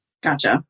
Gotcha